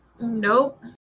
Nope